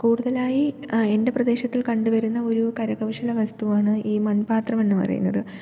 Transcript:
കൂടുതലായി എൻ്റെ പ്രദേശത്തിൽ കണ്ടുവരുന്ന ഒരു കരകൗശല വസ്തുവാണ് ഈ മൺപാത്രമെന്നു പറയുന്നത്